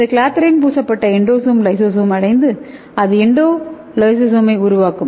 இந்த கிளாத்ரின் பூசப்பட்ட எண்டோசோம் லைசோசோமை அடைந்து அது எண்டோலிசோசோமை உருவாக்கும்